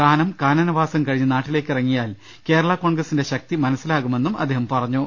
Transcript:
കാനം കാനനവാസം കഴിഞ്ഞ് നാട്ടിലേക്കിറങ്ങിയാൽ കേരള കോൺഗ്രസിന്റെ ശക്തി മനസ്സിലാകുമെന്നും അദ്ദേഹം പറഞ്ഞു